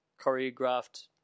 choreographed